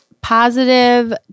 positive